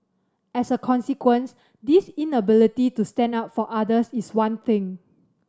as a consequence this inability to stand up for others is one thing